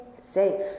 safe